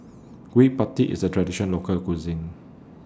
Gudeg Putih IS A Traditional Local Cuisine